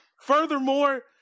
Furthermore